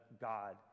god